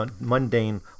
mundane